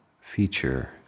feature